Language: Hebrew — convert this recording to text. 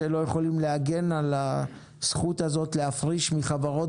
שלא יכולים להגן על הזכות להפריש מחברות